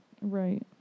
right